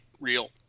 real